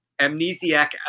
amnesiac